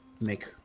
make